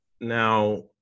now